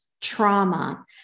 trauma